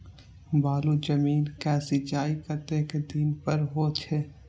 बालू जमीन क सीचाई कतेक दिन पर हो छे?